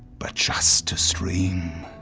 but just to stream.